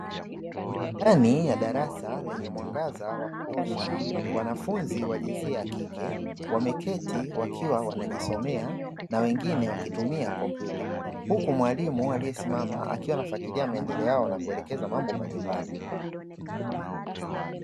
Ndani ya darasa lenye mwangaza wa kutosha, wanafunzi wa jinsia ya kike wameketi wakiwa wanajisomea, na wengine wakitumia kompyuta, huku mwalimu aliyesimama akiwa anafuatilia maendeleo yao na kuelekeza mambo mbalimbali.